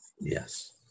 Yes